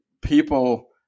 People